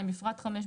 (2) בפרט (5),